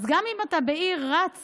אז גם אם בעיר ואתה רץ